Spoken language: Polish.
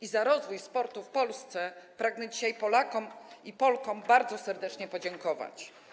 I za rozwój sportu w Polsce pragnę dzisiaj Polakom i Polkom bardzo serdecznie podziękować.